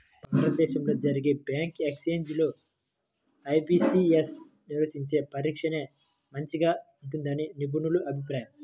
భారతదేశంలో జరిగే bank exams లో ఐ.బీ.పీ.యస్ నిర్వహించే పరీక్షనే మంచిగా ఉంటుందని నిపుణుల అభిప్రాయం